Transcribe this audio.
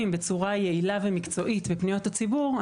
בצורה יעילה ומקצועית בפניות הציבור,